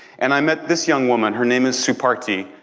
and i met this young woman, her name is supartie.